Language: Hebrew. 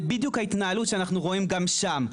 זו בדיוק ההתנהלות שאנחנו רואים גם שם.